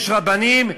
יש רבנים,